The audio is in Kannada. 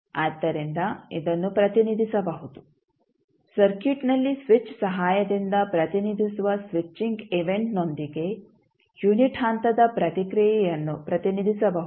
ಆದ್ದರಿಂದ ಇದನ್ನು ಪ್ರತಿನಿಧಿಸಬಹುದು ಸರ್ಕ್ಯೂಟ್ನಲ್ಲಿ ಸ್ವಿಚ್ ಸಹಾಯದಿಂದ ಪ್ರತಿನಿಧಿಸುವ ಸ್ವಿಚಿಂಗ್ ಈವೆಂಟ್ನೊಂದಿಗೆ ಯುನಿಟ್ ಹಂತದ ಪ್ರತಿಕ್ರಿಯೆಯನ್ನು ಪ್ರತಿನಿಧಿಸಬಹುದು